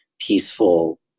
peaceful